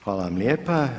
Hvala vam lijepa.